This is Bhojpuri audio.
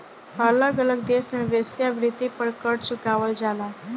अलग अलग देश में वेश्यावृत्ति पर कर चुकावल जाला